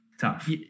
tough